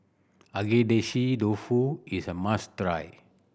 Agedashi Dofu is a must try